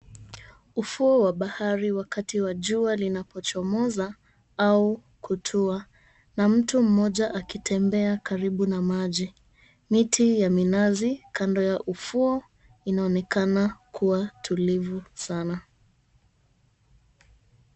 Ufuo wa bahari wakati wa jua linapochomoza au kutua na mtu mmoja akitembea karibu na maji. Miti ya minazi kando ya ufuo inaonekana kuwa tulivu sana.